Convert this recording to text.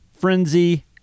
Frenzy